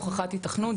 הוכחת היתכנות,